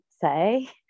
say